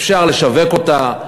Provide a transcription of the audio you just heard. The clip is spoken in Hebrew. אפשר לשווק אותה.